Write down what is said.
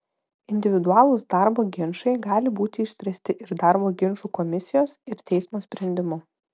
individualūs darbo ginčai gali būti išspręsti ir darbo ginčų komisijos ir teismo sprendimu